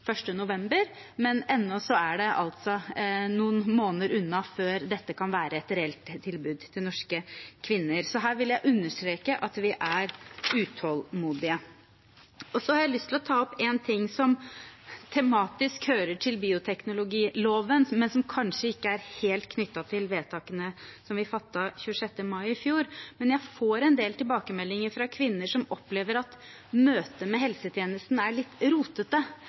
november, men ennå er det altså noen måneder unna før dette kan være et reelt tilbud til norske kvinner, så her vil jeg understreke at vi er utålmodige. Jeg har lyst til å ta opp en ting som tematisk hører til bioteknologiloven, men som kanskje ikke er helt knyttet til vedtakene vi fattet den 26. mai i fjor. Jeg får en del tilbakemeldinger fra kvinner som opplever at møtet med helsetjenesten er litt rotete